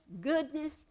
goodness